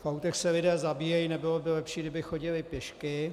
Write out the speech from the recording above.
V autech se lidé zabíjejí nebylo by lepší, kdyby chodili pěšky?